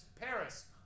Paris